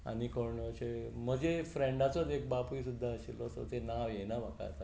आनी कोण म्हजे फ्रेंडाचोच एक बापूय सुद्दां आसलो ताचें नांव येना म्हाका आतां